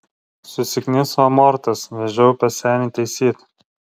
susikniso amortas vežiau pas senį taisyt